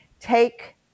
take